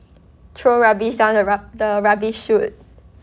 throw rubbish down the rub~ the rubbish chute